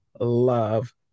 love